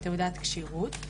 לתעודת כשירות,